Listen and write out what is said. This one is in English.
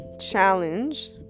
challenge